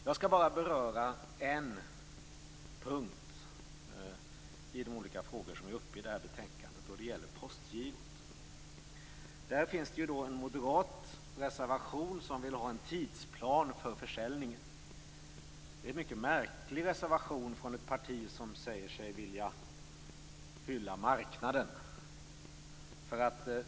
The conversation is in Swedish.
Jag skall bara beröra en punkt i de olika frågor som tas upp i det här betänkandet. Det gäller Postgirot. Där finns en moderat reservation där moderaterna vill ha en tidsplan för försäljningen. Det är en mycket märklig reservation från ett parti som säger sig vilja hylla marknaden.